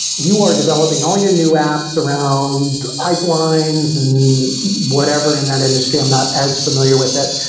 you are developing all your new apps around pipelines and whatever in that industry. i'm not as familiar with it.